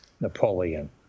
Napoleon